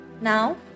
Now